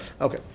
Okay